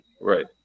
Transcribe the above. Right